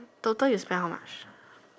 total you spend how much